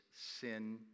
sin